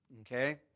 Okay